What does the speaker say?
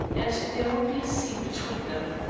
and there would be a scene between them.